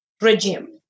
regime